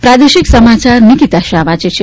પ્રાદેશિક સમાચાર નિકિતા શાહ વાંચે છે